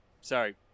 Sorry